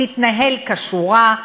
יתנהל כשורה,